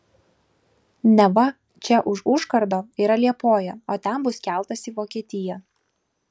neva čia už užkardo yra liepoja o ten bus keltas į vokietiją